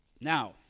Now